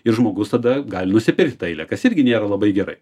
ir žmogus tada gali nusipirkti tą eilę kas irgi nėra labai gerai